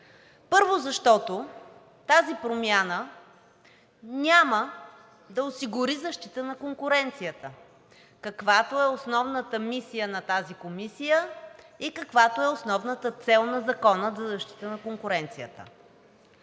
Първо, защото тази промяна няма да осигури защита на конкуренцията, каквато е основната мисия на тази комисия и каквато е основната цел на Закона за защита на конкуренцията.